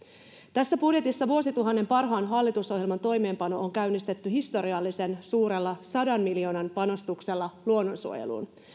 tässä budjetissa vuosituhannen parhaan hallitusohjelman toimeenpano on käynnistetty historiallisen suurella sadan miljoonan panostuksella luonnonsuojeluun